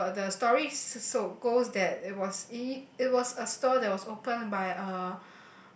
so the story so goes that it was it it was a store that was open by a